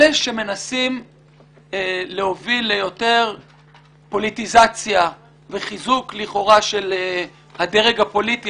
אלה שמנסים להוביל ליותר פוליטיזציה וחיזוק לכאורה של הדרג הפוליטי